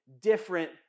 different